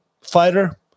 fighter